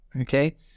Okay